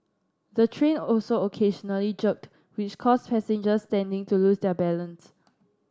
the train also occasionally jerked which caused passengers standing to lose their balance